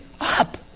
up